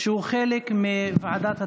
והיא חלק מוועדת התרבות.